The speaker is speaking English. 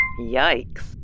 Yikes